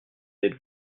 êtes